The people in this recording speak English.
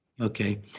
Okay